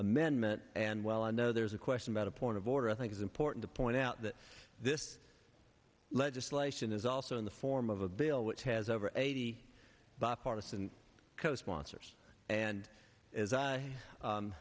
amendment and well i know there's a question about a point of order i think it's important to point out that this legislation is also in the form of a bill which has over eighty bipartisan co sponsors and as i